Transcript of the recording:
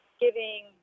giving